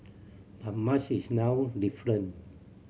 but much is now different